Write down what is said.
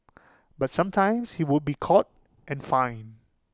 but sometimes he would be caught and fined